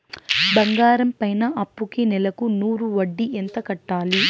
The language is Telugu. బంగారం పైన అప్పుకి నెలకు నూరు వడ్డీ ఎంత కట్టాలి?